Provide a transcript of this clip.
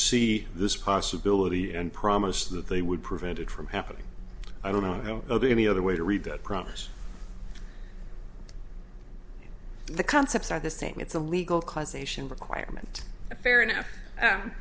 see this possibility and promise that they would prevent it from happening i don't know of any other way to read the promise the concepts are the same it's a legal causation requirement and fair enough